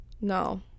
No